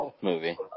movie